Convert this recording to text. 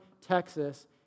Texas